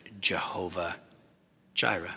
Jehovah-Jireh